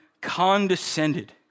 condescended